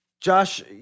Josh